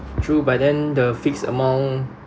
true but then the fixed amount